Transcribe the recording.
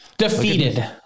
Defeated